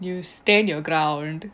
you stand your ground